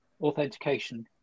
authentication